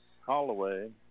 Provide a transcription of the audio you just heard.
Holloway